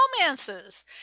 romances